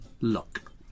Luck